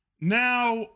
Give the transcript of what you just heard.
Now